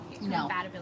No